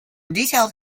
detailed